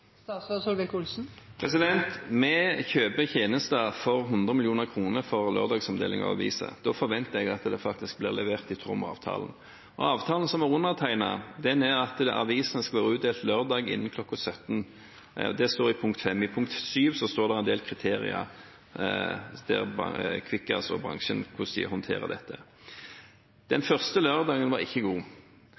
tjenester for 100 mill. kr for lørdagsomdeling av aviser. Da forventer jeg at de blir levert i tråd med avtalen. Ifølge avtalen som er undertegnet, skal avisene være utdelt innen kl. 17 lørdag. Det står i punkt 5. I punkt 7 er det en del kriterier for hvordan Kvikkas og bransjen skal håndtere dette. Den første lørdagen var ikke god.